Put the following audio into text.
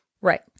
Right